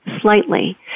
slightly